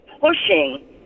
pushing